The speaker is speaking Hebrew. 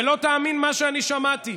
ולא תאמין מה שאני שמעתי: